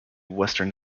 western